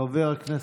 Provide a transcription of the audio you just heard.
הממשלה.